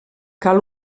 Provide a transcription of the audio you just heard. cal